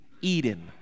Eden